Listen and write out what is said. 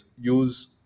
use